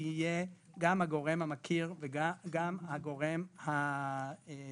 תהיה גם הגורם המכיר וגם הגורם המאבחן,